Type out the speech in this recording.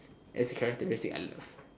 that is the characteristics I love